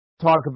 talk